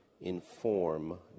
inform